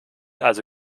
also